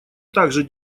также